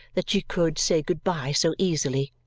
that she could say good-bye so easily!